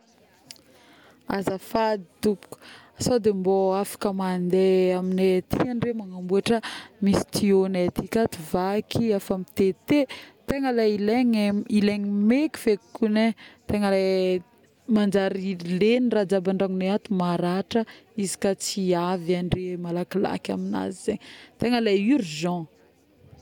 azafady tompoko, sody mbô afaka mandeha aminay aty andre magnambôtra, misy thyau agnay aty akato vaky efa mitete, tegna ilay ilaigny maiky feky kogny e, tegna le manjary legny raha jiaby andragnonay ato, maratra izy ka tsy avy andre malakilaky aminazy ze tegna le urgent